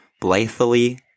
blithely